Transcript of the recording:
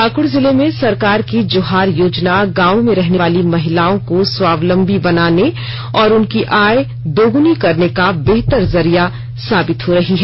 पाक्ड जिले में सरकार की जोहार योजना गांवों में रहने वाली महिलाओं को स्वावलम्बी बनाने और उनकी आय दोगुनी करने का बेहतर जरिया साबित हो रही है